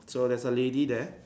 so there's a lady there